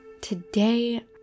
Today